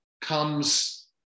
comes